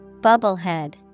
Bubblehead